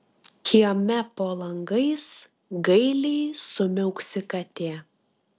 kieme po langais gailiai sumiauksi katė